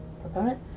proponent